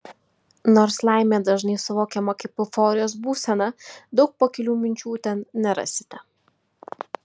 nors laimė dažnai suvokiama kaip euforijos būsena daug pakilių minčių ten nerasite